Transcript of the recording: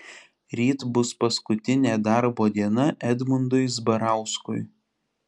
ryt bus paskutinė darbo diena edmundui zbarauskui